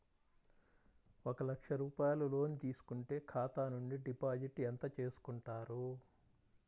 ఒక లక్ష రూపాయలు లోన్ తీసుకుంటే ఖాతా నుండి డిపాజిట్ ఎంత చేసుకుంటారు?